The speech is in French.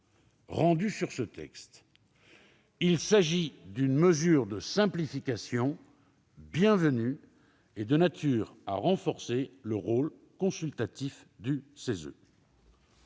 rendu sur ce texte, il s'agit d'une mesure de « simplification bienvenue et de nature à renforcer le rôle consultatif du CESE.